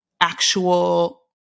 actual